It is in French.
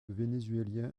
vénézuélien